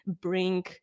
bring